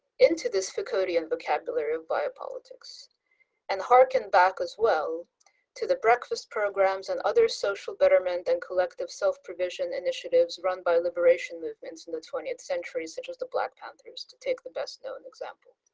into this vocabulary and vocabulary of biopolitics and harken back as well to the breakfast programmes and other social betterment and collective self-provision initiatives run by liberation movements in the twentieth century such as the black panthers to take the best-known example.